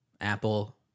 Apple